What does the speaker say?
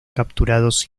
capturados